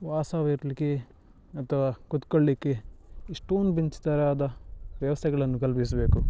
ವಾಸವಿರಲಿಕ್ಕೆ ಅಥವಾ ಕುತ್ಕೊಳ್ಲಿಕ್ಕೆ ಈ ಸ್ಟೂಲ್ ಬೆಂಚ್ ತರಹದ ವ್ಯವಸ್ಥೆಗಳನ್ನು ಕಲ್ಪಿಸಬೇಕು